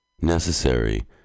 necessary